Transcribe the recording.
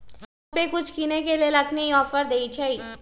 PhonePe कुछ किनेय के लेल अखनी कुछ ऑफर देँइ छइ